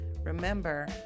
remember